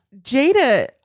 Jada